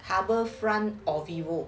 harbour front or vivo